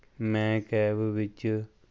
ਮੈਂ ਕੈਬ ਵਿੱਚ